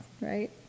right